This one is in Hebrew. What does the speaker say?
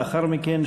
לאחר מכן,